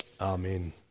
Amen